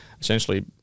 essentially